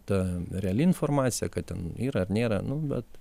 ta reali informacija kad ten yra ar nėra nu bet